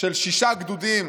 של שישה גדודים